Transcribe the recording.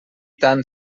tant